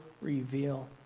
reveal